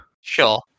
Sure